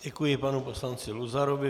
Děkuji panu poslanci Luzarovi.